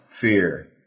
fear